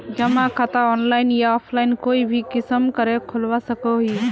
जमा खाता ऑनलाइन या ऑफलाइन कोई भी किसम करे खोलवा सकोहो ही?